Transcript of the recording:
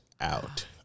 out